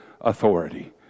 authority